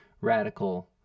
radical